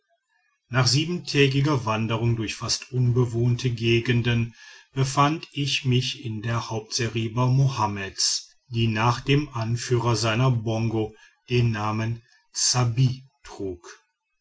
nach siebentägiger wanderung durch fast unbewohnte gegenden befand ich mich in der hauptseriba mohammeds die nach dem anführer seiner bongo den namen ssabbi trug